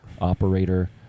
operator